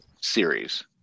series